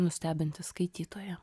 nustebinti skaitytoją